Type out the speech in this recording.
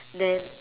then